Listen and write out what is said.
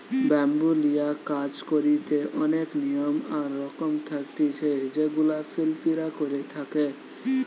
bamboo লিয়া কাজ করিতে অনেক নিয়ম আর রকম থাকতিছে যেগুলা শিল্পীরা করে থাকে